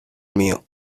mío